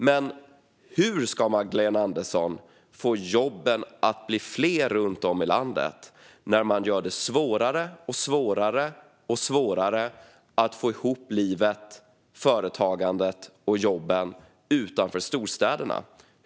Men hur ska Magdalena Andersson få jobben att bli fler runt om i landet när man gör det svårare och svårare att få ihop livet, företagandet och jobben utanför storstäderna?